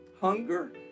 hunger